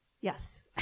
Yes